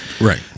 Right